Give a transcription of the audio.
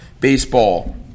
baseball